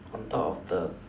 on top of the